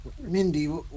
Mindy